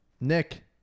Nick